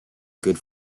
good